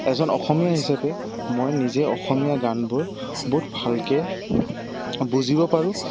এজন অসমীয়া হিচাপে মই নিজে অসমীয়া গানবোৰ বহুত ভালকে বুজিব পাৰোঁ